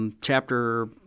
chapter